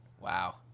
Wow